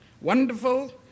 Wonderful